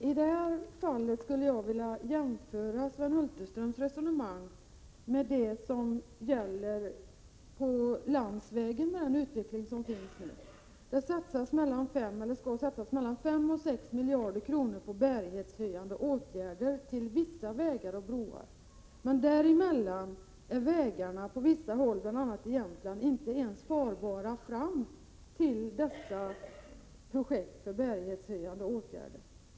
Fru talman! I detta fall skulle jag vilja jämföra Sven Hulterströms resonemang med vad som gäller för landsvägstrafiken med dagens utveckling. Det skall satsas mellan 5 och 6 miljarder kronor på bärighetshöjande åtgärder för vissa vägar och broar, men däremellan är vägarna på vissa håll — bl.a. i Jämtland — inte ens farbara fram till dessa broar eller vägsträckor som är föremål för bärighetshöjande åtgärder.